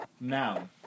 noun